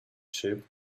sheep